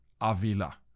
Avila